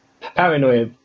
Paranoia